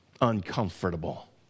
uncomfortable